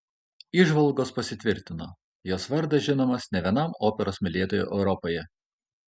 įžvalgos pasitvirtino jos vardas žinomas ne vienam operos mylėtojui europoje